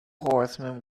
horsemen